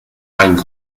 and